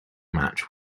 match